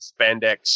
spandex